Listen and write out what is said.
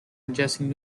ingesting